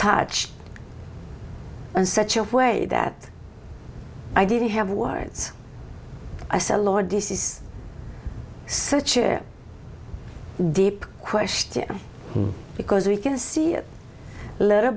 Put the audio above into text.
touch and such a way that i didn't have words i say lord this is such your deep question because we can see little